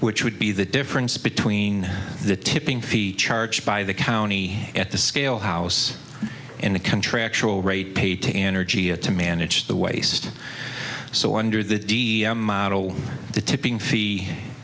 which would be the difference between the tipping fee charged by the county at the scale house and a contractual rate paid to energy it to manage the based so under the d m model the tipping fee